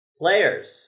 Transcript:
players